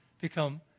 become